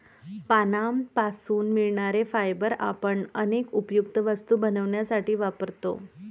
पानांपासून मिळणारे फायबर आपण अनेक उपयुक्त वस्तू बनवण्यासाठी वापरतो